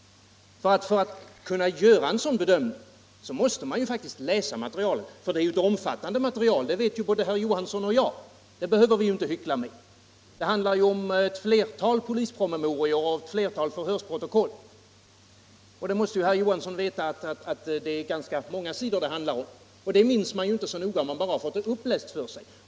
För att kunna göra en sådan bedömning måste man faktiskt läsa materialet. För det är ju ett omfattande material, det vet både herr Johansson och jag, det behöver vi inte hyckla med. Det handlar om ett flertal polispromemorior och ett flertal förhörsprotokoll. Herr Johansson måste veta att det är ganska många sidor det gäller, och det minns man inte så noga om man bara har fått det uppläst för sig.